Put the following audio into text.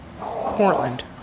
Portland